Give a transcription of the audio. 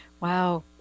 Wow